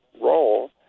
role